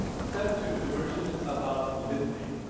step two, immersion is about listening.